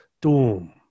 doom